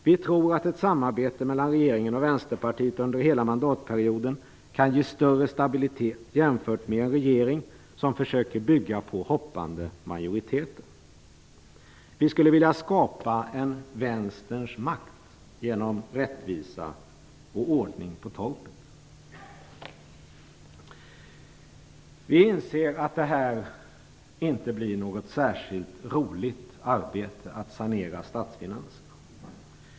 Vi tror att ett samarbete mellan regeringen och Vänsterpartiet under hela mandatperioden kan ge större stabilitet, jämfört med om regeringen försöker bygga på hoppande majoriteter. Vi skulle vilja skapa en vänsterns makt genom rättvisa och ordning på torpet. Vi inser att det inte blir ett särskilt roligt arbete att sanera statsfinanserna.